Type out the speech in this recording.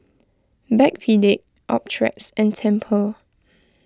Backpedic Optrex and Tempur